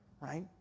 right